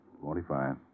Forty-five